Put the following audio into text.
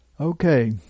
Okay